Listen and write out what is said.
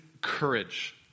courage